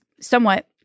somewhat